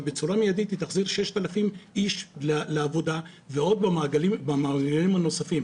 אבל בצורה מיידית היא תחזיר 6,000 איש לעבודה ועוד במעגלים הנוספים.